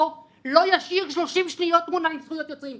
לא תמיד הם יכולים להגיע למקור בחומרים מסוימים.